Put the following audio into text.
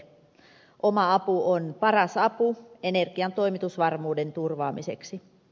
oma apu on paras apu energiantoimitusvarmuuden turvaamiseksi